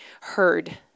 heard